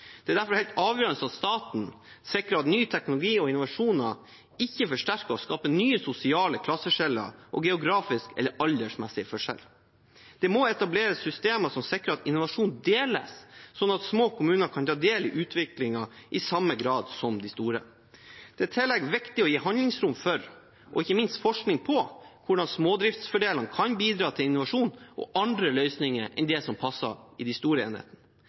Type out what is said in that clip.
Det er derfor helt avgjørende at staten sikrer at ny teknologi og innovasjon ikke forsterker og skaper nye sosiale klasseskiller og geografiske eller aldersmessige forskjeller. Det må etableres systemer som sikrer at innovasjon deles, sånn at små kommuner kan ta del i utviklingen i samme grad som de store. Det er i tillegg viktig å gi handlingsrom for, og ikke minst ha forskning på, hvordan smådriftsfordeler kan bidra til innovasjon og andre løsninger enn det som passer i de store enhetene.